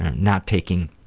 not taking